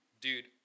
Dude